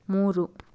ಮೂರು